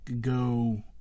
go